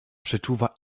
przeczuwa